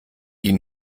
die